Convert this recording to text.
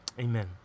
Amen